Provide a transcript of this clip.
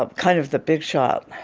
ah kind of the big shop.